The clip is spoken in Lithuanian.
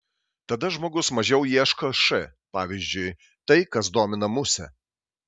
tada žmogus mažiau ieško š pavyzdžiui tai kas domina musę